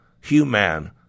human